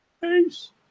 Peace